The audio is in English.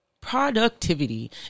Productivity